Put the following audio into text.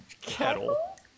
Kettle